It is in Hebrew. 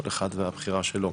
כל אחד והבחירה שלו.